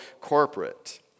corporate